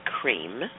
cream